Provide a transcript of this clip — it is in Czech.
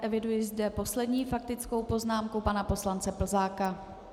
Eviduji zde poslední faktickou poznámku pana poslance Plzáka.